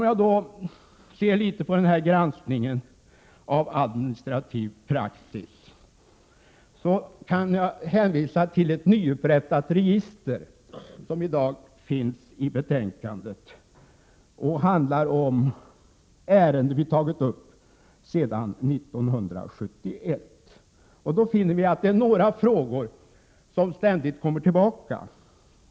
När det gäller granskningen av administrativ praxis kan jag hänvisa till ett nyupprättat register som finns i betänkandet. Det redovisar de ärenden vi har tagit upp sedan 1971. När man studerar registret finner man att det är några frågor som ständigt kommer tillbaka.